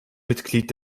mitglied